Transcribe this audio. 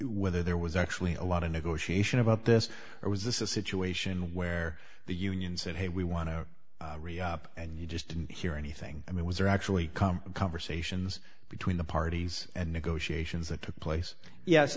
whether there was actually a lot of negotiation about this or was this a situation where the union said hey we want to reopen and you just didn't hear anything i mean was there actually come conversations between the parties and negotiations